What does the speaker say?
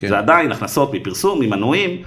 זה עדיין, הכנסות מפרסום, ממנויים.